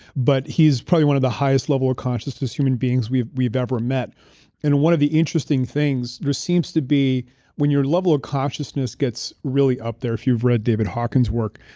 but he's probably one of the highest level of consciousness human beings we've we've ever met and one of the interesting things, there seems to be when your level of consciousness gets really up there if you've read david hawkins' work,